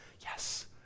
Yes